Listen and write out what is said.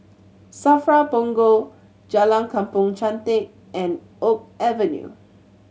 SAFRA Punggol Jalan Kampong Chantek and Oak Avenue